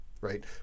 right